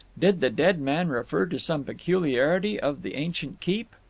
did the dead man refer to some peculiarity of the ancient keep?